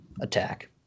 attack